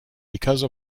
because